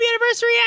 anniversary